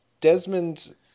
Desmond